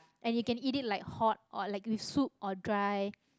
and you can eat it like hot or like with soup or dry